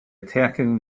attacking